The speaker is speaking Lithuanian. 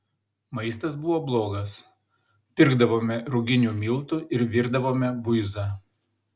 maistas buvo blogas pirkdavome ruginių miltų ir virdavome buizą